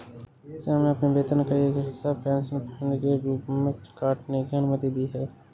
श्याम ने अपने वेतन का एक हिस्सा पेंशन फंड के रूप में काटने की अनुमति दी है